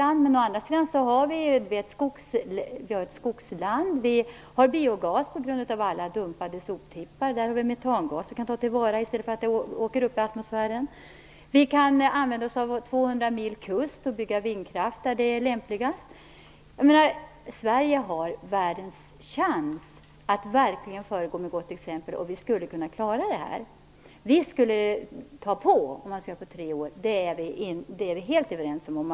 Landet är visserligen stort, men det är delvis ett skogsland. Vi har biogas på grund av alla dumpade soptippar. Vi har metangas som man kan ta till vara, i stället för att den bara försvinner upp i atmosfären. Vi kan använda oss av att landet har en kust på 200 mil och bygga vindkraft där det är lämpligast. Sverige har världens chans att verkligen föregå med gott exempel, och vi skulle kunna klara det här. Visst skulle det kosta på om man skulle genomföra det här på tre år. Det är vi helt överens om.